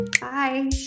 Bye